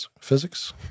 physics